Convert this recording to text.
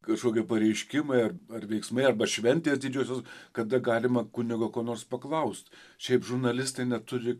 kažkokio pareiškimai ar ar veiksmai arba šventės didžiosios kada galima kunigo ko nors paklausti šiaip žurnalistai neturi